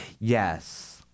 yes